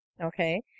okay